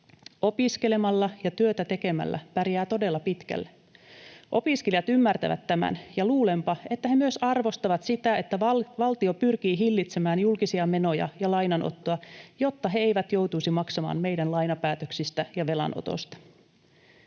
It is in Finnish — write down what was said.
Opiskelemalla ja työtä tekemällä pärjää todella pitkälle. Opiskelijat ymmärtävät tämän, ja luulenpa, että he myös arvostavat sitä, että valtio pyrkii hillitsemään julkisia menoja ja lainanottoa, jotta he eivät joutuisi maksamaan meidän lainapäätöksistä ja velanotosta.